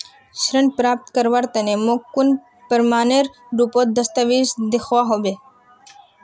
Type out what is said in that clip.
ऋण प्राप्त करवार तने मोक कुन प्रमाणएर रुपोत दस्तावेज दिखवा होबे?